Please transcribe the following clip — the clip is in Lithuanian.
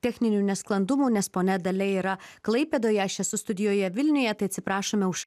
techninių nesklandumų nes ponia dalia yra klaipėdoje aš esu studijoje vilniuje tai atsiprašome už